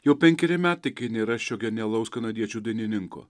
jau penkeri metai kai nėra šio genialaus kanadiečių dainininko